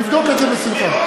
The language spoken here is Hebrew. נבדוק את זה בשמחה.